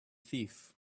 thief